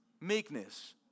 meekness